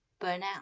burnout